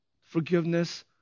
forgiveness